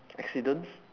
accidents